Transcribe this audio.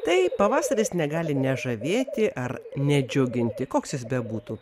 tai pavasaris negali nežavėti ar nedžiuginti koks jis bebūtų